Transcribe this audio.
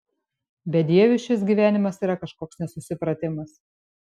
bedieviui šis gyvenimas yra kažkoks nesusipratimas